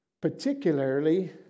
particularly